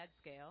scale